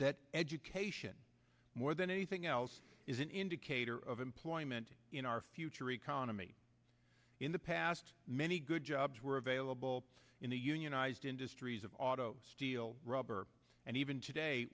that education more than anything else is an indicator of employment in our future economy in the past many good jobs were available in the unionized industries of auto steel rubber and even today